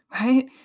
right